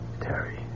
Terry